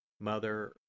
Mother